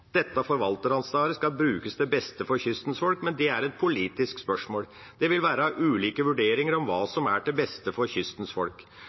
Dette forvalteransvaret skal brukes til beste for kystens folk, men det er et politisk spørsmål. Det vil være ulike vurderinger om hva som er til beste for kystens folk.